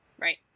Right